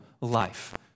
life